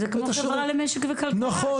זה כמו חברה למשק ולכלכלה,